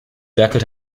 werkelt